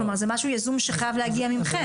כלומר זה משהו יזום שחייב להגיע מכם.